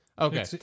Okay